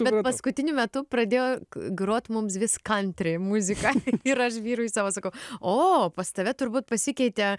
bet paskutiniu metu pradėjo grot mums vis kantri muziką ir aš vyrui savo sakau o pas tave turbūt pasikeitė